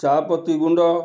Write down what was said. ଚା ପତି ଗୁଣ୍ଡ